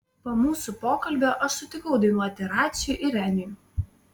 po mūsų pokalbio aš sutikau dainuoti raciui ir reniui